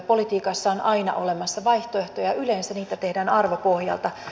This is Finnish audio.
politiikassa on aina olemassa vaihtoehtoja yleensä niitä tehdään arvopohjalta